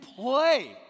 play